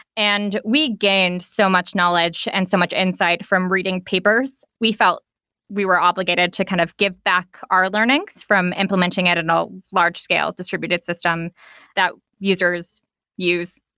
and we gained so much knowledge and so much insight from reading papers. we felt we were obligated to kind of get back our learnings from implementing it in a large-scale distributed system that users use.